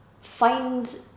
find